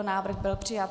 Návrh byl přijat.